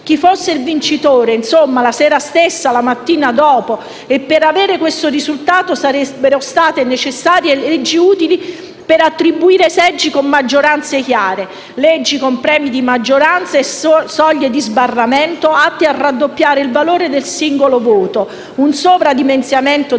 chi fosse il vincitore, la sera stessa o la mattina dopo. E, per avere questo risultato, sarebbero state necessarie leggi utili per attribuire seggi con maggioranze chiare; leggi con premi di maggioranza e soglie di sbarramento atte a raddoppiare il valore del singolo voto; un sovradimensionamento del voto